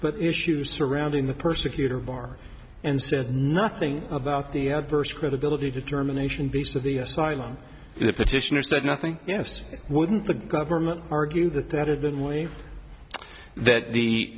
but issues surrounding the persecutor bar and said nothing about the adverse credibility determination based of the asylum the petitioner said nothing yes wouldn't the government argue that that had been relieved that the